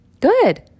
good